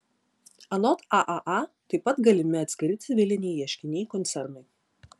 anot aaa taip pat galimi atskiri civiliniai ieškiniai koncernui